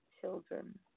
children